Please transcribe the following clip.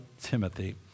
Timothy